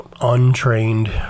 untrained